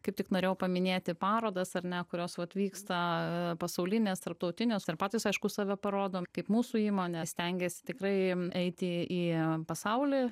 kaip tik norėjau paminėti parodas ar ne kurios vat vyksta pasaulinės tarptautinės ir patys aišku save parodom kaip mūsų įmonė stengiasi tikrai eiti į pasaulį